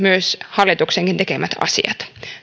hallituksenkin tekemät asiat